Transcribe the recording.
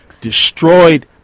destroyed